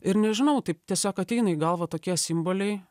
ir nežinau taip tiesiog ateina į galvą tokie simboliai